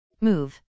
move